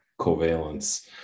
covalence